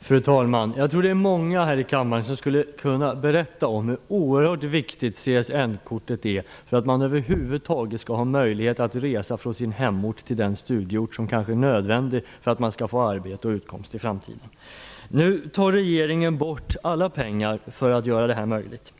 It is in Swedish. Fru talman! Jag tror att det är många här i kammaren som skulle kunna berätta om hur oerhört viktigt CSN-kortet är för att man över huvud taget skall ha möjlighet att resa från sin hemort till studieorten, vilket kanske är nödvändigt för att man skall få arbete och utkomst i framtiden. Nu tar regeringen bort alla pengar för att göra detta möjligt.